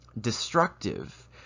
destructive